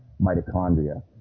mitochondria